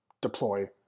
deploy